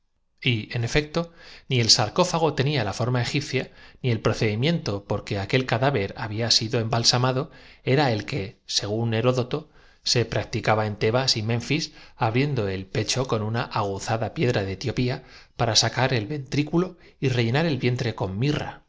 adqui sarcófago tenía la forma egipcia ni el procedimiento por que aquel cadáver había sido rir algunas baratijas su amigo le procuró la ocasión embalsamado era el que según ilerodoto se practi caba en tebas y memíis abriendo el pecho con una aguzada piedra de etiopía para sacar el ventrículo y rellenar el vientre con mirra